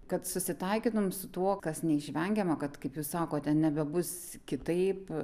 kad susitaikytum su tuo kas neišvengiama kad kaip jūs sakote nebebus kitaip